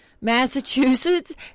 Massachusetts